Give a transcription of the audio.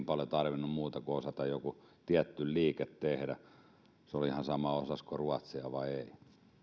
paljon tarvinnut muuta kuin osata joku tietty liike tehdä se oli ihan sama osasiko ruotsia vai ei